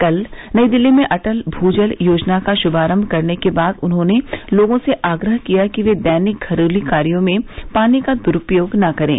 कल नई दिल्ली में अटल भूजल योजना का शुभारंभ करने के बाद उन्होंने लोगों से आग्रह किया कि वे दैनिक घरेलू कार्यो में पानी का दुरूपयोग न करें